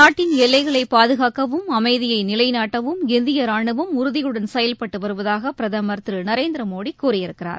நாட்டின் எல்லைகளை பாதுஙக்கவும் அமைதியை நிலைநாட்டவும் இந்திய ரானுவம் உறுதியுடன் செயல்பட்டு வருவதாக பிரதம் திரு நரேந்திரமோடி கூறியிருக்கிறார்